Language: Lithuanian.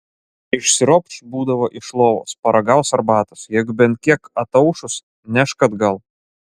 išsiropš būdavo iš lovos paragaus arbatos jeigu bent kiek ataušus nešk atgal